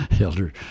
Elder